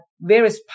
various